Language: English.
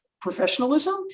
professionalism